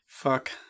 fuck